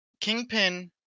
Kingpin